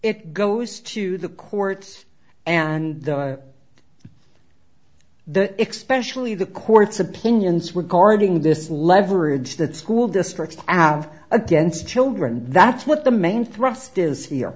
it goes to the courts and the expression only the courts opinions regarding this leverage that school district ads against children that's what the main thrust is here